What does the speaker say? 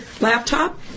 laptop